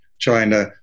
China